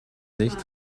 nicht